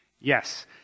Yes